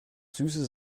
süße